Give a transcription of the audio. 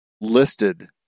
listed